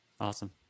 Awesome